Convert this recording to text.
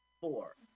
Four